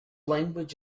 language